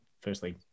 firstly